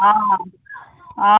অঁ অঁ